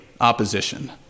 opposition